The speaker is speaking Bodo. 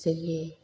जोंनि